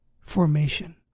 formation